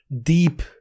deep